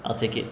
I'll take it